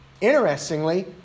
interestingly